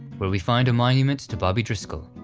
where we find a monument to bobby driscoll,